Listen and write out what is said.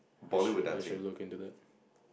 I should I should look into that